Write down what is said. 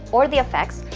or the effects,